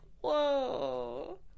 whoa